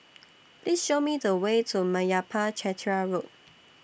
Please Show Me The Way to Meyappa Chettiar Road